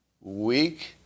weak